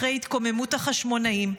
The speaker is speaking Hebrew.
אחרי התקוממות החשמונאים,